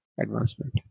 advancement